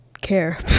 care